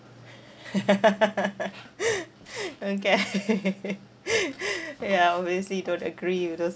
okay ya obviously don't agree with those